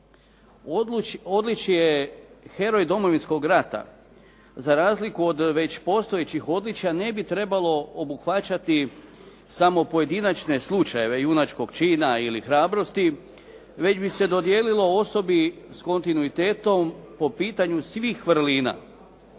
Odličje "Heroj Domovinskog rata" za razliku od već postojećih odličja ne bi trebalo obuhvaćati samo pojedinačne slučajeve junačkog čina ili hrabrosti, već bi se dodijelilo osobi s kontinuitetom po pitanju svih vrlina